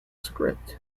script